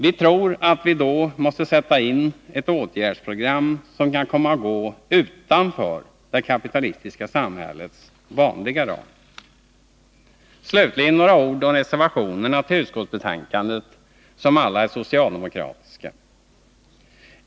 Vi tror att det då måste sättas in ett åtgärdsprogram som kan komma att gå utanför det kapitalistiska samhällets vanliga ram. Slutligen några ord om reservationerna till utskottsbetänkandet som alla är socialdemokratiska.